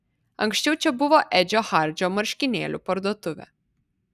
anksčiau čia buvo edžio hardžio marškinėlių parduotuvė